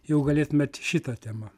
jeigu galėtumėt šitą temą